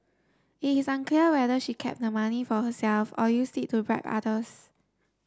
it is unclear whether she kept the money for herself or used it to bribe others